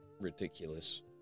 ridiculous